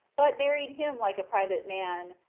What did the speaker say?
but buried him like a private man,